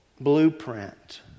blueprint